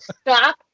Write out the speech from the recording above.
stop